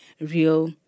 real